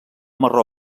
marró